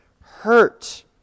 hurt